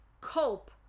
cope